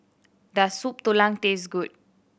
does Soup Tulang taste good